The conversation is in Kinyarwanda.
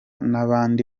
n’abandi